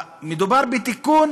מדובר בתיקון